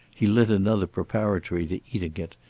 he lit another preparatory to eating it,